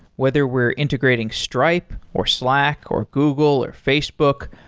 whether we're integrating stripe, or slack, or google, or facebook,